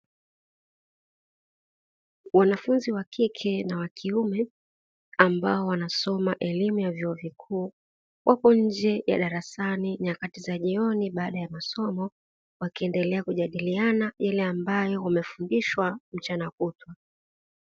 Wanafunzi wakike na wakiume ambao wanasoma elimu ya vyuo vikuu, wapo nje ya darasani nyakati za jioni baada ya masomo, wakiendelea kujadiliana yale ambayo wamefundishwa mchana kutwa.